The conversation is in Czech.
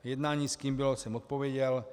Jednání, s kým bylo, jsem odpověděl.